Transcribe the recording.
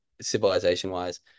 civilization-wise